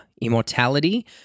immortality